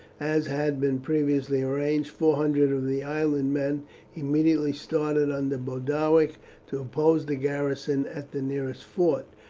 as had been previously arranged, four hundred of the island men immediately started under boduoc to oppose the garrison at the nearest fort,